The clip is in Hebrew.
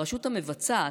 הרשות המבצעת,